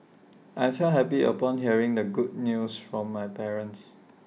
I felt happy upon hearing the good news from my parents